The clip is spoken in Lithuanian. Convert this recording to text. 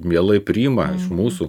mielai priima mūsų